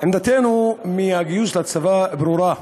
עמדתנו בעניין גיוס לצבא ברורה,